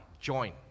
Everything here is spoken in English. join